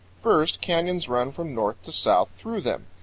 first, canyons run from north to south through them,